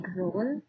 role